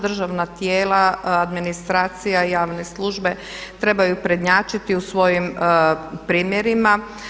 Državna tijela, administracija, javne službe trebaju prednjačiti u svojim primjerima.